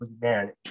Man